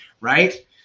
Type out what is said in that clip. right